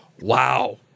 wow